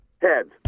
Heads